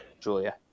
Julia